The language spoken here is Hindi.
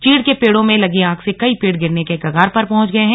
चीड़ के पेड़ों में लगी आग से कई पेड़ गिरने के कगार पर पहुंच गए हैं